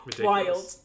Wild